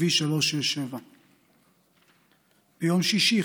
בכביש 367. ביום שישי,